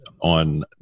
on